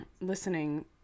listening